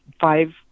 five